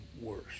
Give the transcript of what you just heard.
worse